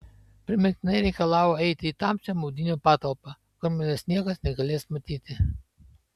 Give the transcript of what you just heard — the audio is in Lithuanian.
primygtinai reikalavo eiti į tamsią maudynių patalpą kur manęs niekas negalės matyti